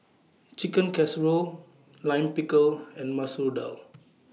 Chicken Casserole Lime Pickle and Masoor Dal